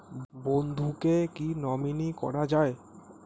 বন্ধুকে কী নমিনি করা যায়?